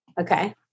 Okay